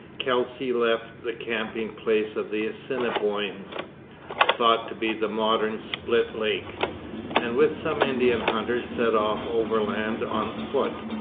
kelsey left the camping-place of the assiniboines thought to be the modern split lake and with some indian hunters set off overland on foot.